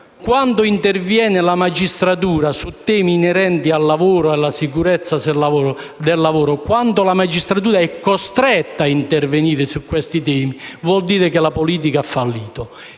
quando interviene la magistratura su temi inerenti al lavoro e alla sicurezza sul lavoro, quando la magistratura è costretta ad intervenire su questi temi, vuol dire che la politica ha fallito